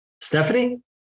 Stephanie